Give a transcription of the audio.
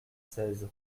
seize